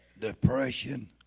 depression